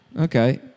Okay